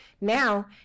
Now